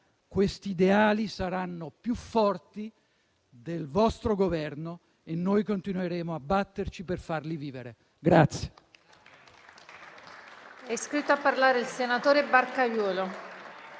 Questi ideali saranno più forti del vostro Governo e noi continueremo a batterci per farli vivere.